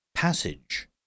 Passage